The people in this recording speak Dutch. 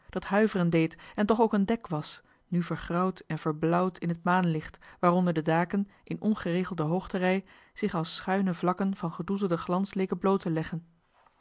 dat huiveren deed en toch ook een dek was nu vergrauwd en verblauwd in het maanlicht johan de meester de zonde in het deftige dorp waaronder de daken in ongeregelde hoogterij zich als schuine vlakken van gedoezelden glans leken bloot te leggen